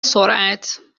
سرعت